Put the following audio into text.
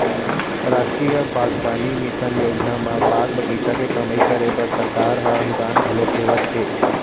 रास्टीय बागबानी मिसन योजना म बाग बगीचा के कमई करे बर सरकार ह अनुदान घलोक देवत हे